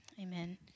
Amen